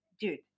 dude